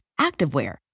activewear